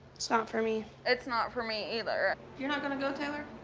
it's not for me. it's not for me either. you're not gonna go, taylor?